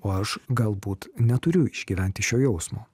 o aš galbūt neturiu išgyventi šio jausmo